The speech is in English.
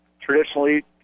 traditionally